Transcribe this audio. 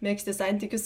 megzti santykius